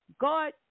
God